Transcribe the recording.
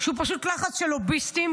שהוא פשוט לחץ של לוביסטים,